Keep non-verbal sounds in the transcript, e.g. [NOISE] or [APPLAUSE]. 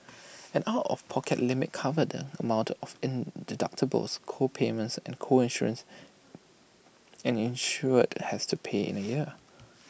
an out of pocket limit covered the amount of in deductibles co payments and co insurance [NOISE] an insured has to pay in A year